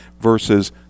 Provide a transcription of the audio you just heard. versus